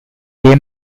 gay